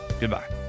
Goodbye